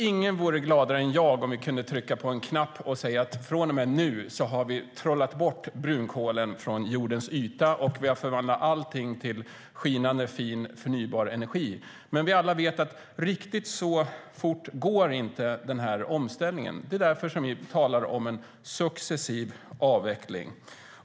Ingen vore gladare än jag om vi kunde trycka på en knapp och säga att vi från och med nu har trollat bort brunkolen från jordens yta och förvandlat allt till skinande fin förnybar energi. Men vi vet alla att riktigt så fort går inte omställningen. Det är därför vi talar om en successiv avveckling.